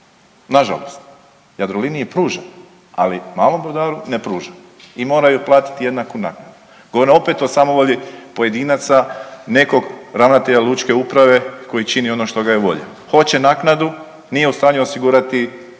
nažalost. Jadroliniji pruža, ali malom brodaru ne pruža i mora ju jednaku naknadu. Govorim opet o samovolji pojedinaca, nekog ravnatelja lučke uprave koji čini ono što ga je volja. Hoće naknadu nije u stanju osigurati onoga